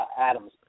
Adams